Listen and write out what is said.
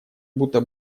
будто